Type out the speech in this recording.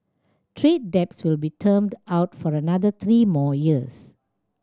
trade debts will be termed out for another three more years